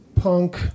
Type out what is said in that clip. punk